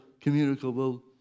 communicable